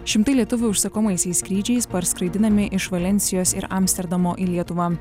šimtai lietuvių užsakomaisiais skrydžiais parskraidinami iš valensijos ir amsterdamo į lietuvą